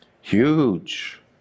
huge